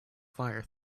fire